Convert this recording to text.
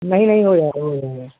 नहीं नहीं हो जाएगा हो जाएगा